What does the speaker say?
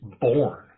born